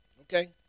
Okay